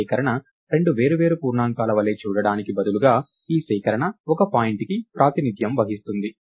ఈ సేకరణ రెండు వేర్వేరు పూర్ణాంకాల వలె చూడడానికి బదులుగా ఈ సేకరణ ఒక పాయింట్కి ప్రాతినిధ్యం వహిస్తుంది